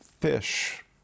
fish